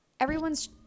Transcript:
everyone's